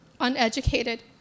uneducated